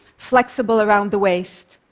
flexible around the waist.